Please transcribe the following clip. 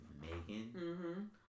Megan